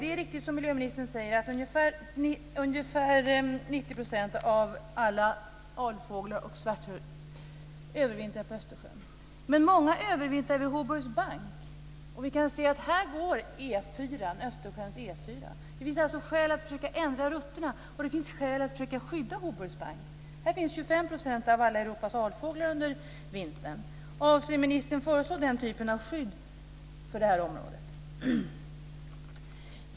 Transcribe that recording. Det är riktigt, som miljöministern säger, att ungefär 90 % av alla alfåglar övervintrar vid Östersjön, men många övervintrar vid Hoburgs bank, och vi kan se att där finns Östersjöns E 4. Det finns alltså skäl att försöka ändra rutterna, och det finns skäl att försöka skydda Hoburgs bank. Där finns 25 % av alla Europas alfåglar under vintern. Avser ministern att föreslå den typen av skydd för det här området?